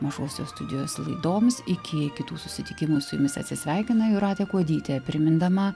mažosios studijos laidoms iki kitų susitikimų su jumis atsisveikina jūratė kuodytė primindama